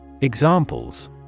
Examples